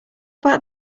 about